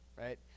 right